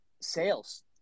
sales